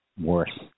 worse